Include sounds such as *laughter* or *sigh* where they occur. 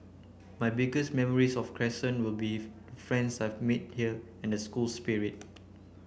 my biggest memories of Crescent will be *unintelligible* friends I've made here and the school spirit